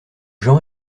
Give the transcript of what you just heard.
jean